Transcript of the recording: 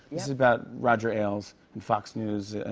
this is about roger ailes and fox news,